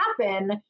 happen